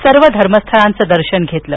सर्व धर्मस्थळांचे दर्शन घेतले